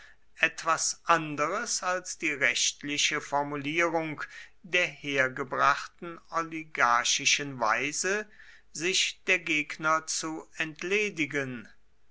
etwas anderes als die rechtliche formulierung der hergebrachten oligarchischen weise sich der gegner zu entledigen